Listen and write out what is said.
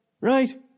Right